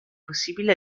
possibile